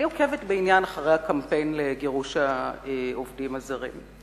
אני עוקבת בעניין אחרי הקמפיין לגירוש העובדים הזרים,